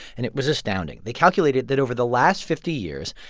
and it was astounding. they calculated that over the last fifty years,